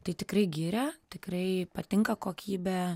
tai tikrai giria tikrai patinka kokybė